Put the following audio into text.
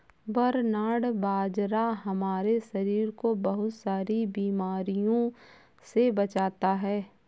barnyard बाजरा हमारे शरीर को बहुत सारी बीमारियों से बचाता है